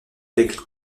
del